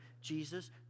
Jesus